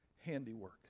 handiwork